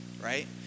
right